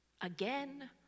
again